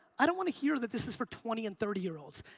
i don't wanna hear that this is for twenty and thirty year olds.